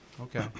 Okay